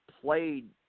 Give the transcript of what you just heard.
played